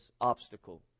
obstacle